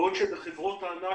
בעוד שבחברות הענק